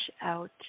out